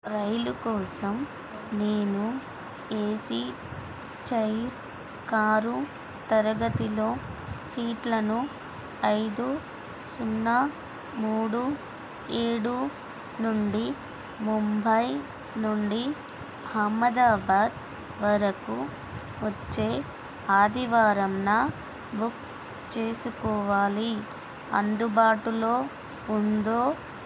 రైలు కోసం నేను AC chair car తరగతిలో సీట్లను ఐదు సున్నా మూడు ఏడు నుండి ముంబై నుండి అహ్మదాబాదు వరకు వచ్చే ఆదివారంన బుక్ చేసుకోవాలి అందుబాటులో ఉందో